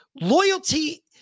loyalty